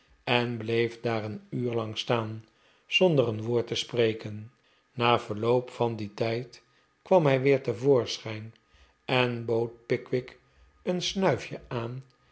en bleef daar een uur lang staan zonder een woord te spreken na verloop van dien tijd kwam hij weer te voorschijn en bood pickwick een snuifje aan